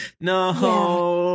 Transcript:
No